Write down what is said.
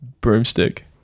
broomstick